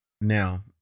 Now